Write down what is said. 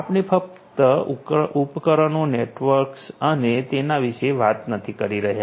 આપણે ફક્ત ઉપકરણો નેટવર્ક્સ અને તેના વિશે જ વાત નથી કરી રહ્યા